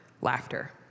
laughter